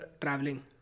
traveling